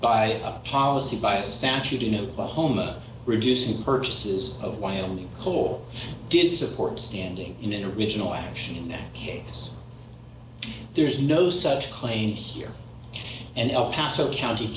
by a policy by statute in oklahoma reducing purchases of wyoming coal did support standing in original action in that case there's no such claim here and el paso county